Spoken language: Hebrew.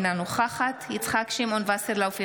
אינה נוכחת יצחק שמעון וסרלאוף,